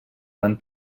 van